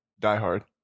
diehard